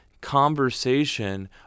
conversation